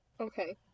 Okay